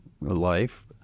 life